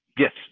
yes